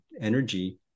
energy